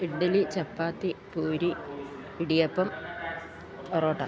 idli chapati puri idiyappam parotta